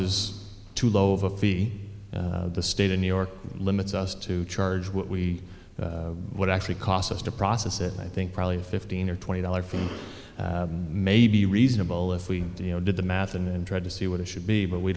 is too low of a fee the state of new york limits us to charge what we would actually cost us to process it and i think probably fifteen or twenty dollars from maybe reasonable if we do you know do the math and try to see what it should be but we